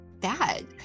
bad